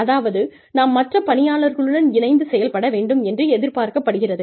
அதாவது நாம் மற்ற பணியாளர்களுடன் இணைந்து செயல்பட வேண்டும் என்று எதிர்பார்க்கப்படுகிறது